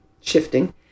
shifting